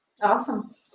awesome